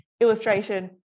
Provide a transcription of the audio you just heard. illustration